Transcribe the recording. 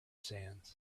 sands